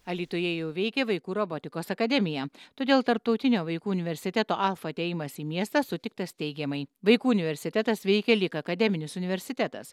alytuje jau veikė vaikų robotikos akademija todėl tarptautinio vaikų universiteto alfa atėjimas į miestą sutiktas teigiamai vaikų universitetas veikia lyg akademinis universitetas